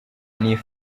kugeraho